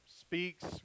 speaks